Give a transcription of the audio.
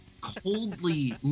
coldly